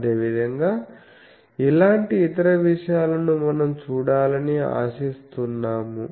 అదేవిధంగా ఇలాంటి ఇతర విషయాలను మనం చూడాలని ఆశిస్తున్నాము